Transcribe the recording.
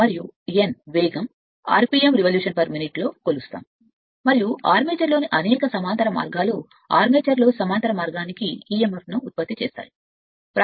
మరియు N ఆ వేగం నిమిషానికి rpm రెవల్యూషన్ పేర మినిట్ మరియు ఆర్మేచర్ లోని అనేక సమాంతర మార్గాలు ఆర్మేచర్లో సమాంతర మార్గానికి emf ను ఉత్పత్తి చేస్తాయి